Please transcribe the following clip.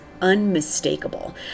unmistakable